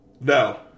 No